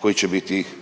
koji će biti